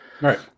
Right